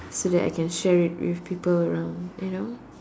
so that I can share with with people around you know